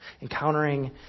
encountering